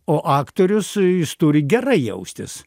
o aktorius jis turi gerai jaustis